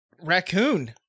raccoon